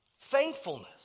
thankfulness